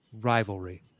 rivalry